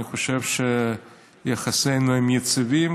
אני חושב שיחסינו יציבים,